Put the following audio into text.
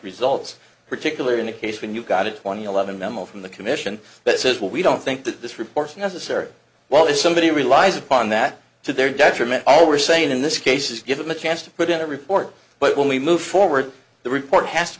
results particularly in a case when you've got a twenty eleven memo from the commission that says well we don't think that this report's necessary while it's somebody who relies upon that to their detriment all we're saying in this case is give them a chance to put in a report but when we move forward the report has to